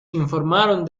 informaron